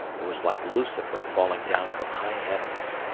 it was like lucifer falling down from high heavens.